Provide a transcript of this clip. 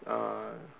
uh